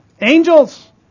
Angels